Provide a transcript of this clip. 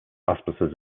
auspices